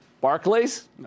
Barclays